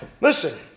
Listen